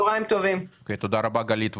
(היו"ר ולדימיר בליאק) תודה רבה גלית.